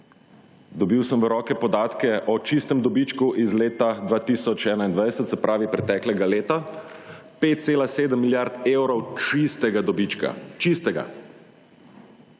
Dobil sem v roke podatke o čistem dobičku iz leta 2021, se pravi, preteklega leta, 5,7 milijard evrov čistega dobička, čistega.